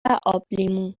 آبلیمو